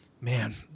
Man